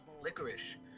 Licorice